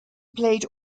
played